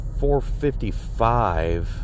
455